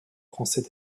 français